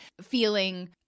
feeling